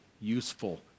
useful